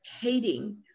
hating